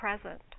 present